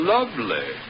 Lovely